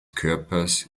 körpers